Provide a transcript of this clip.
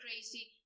crazy